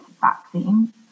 vaccine